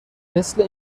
مثل